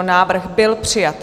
Návrh byl přijat.